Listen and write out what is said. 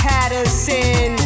Patterson